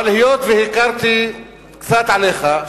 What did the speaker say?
אבל היות שהכרתי קצת, עליך,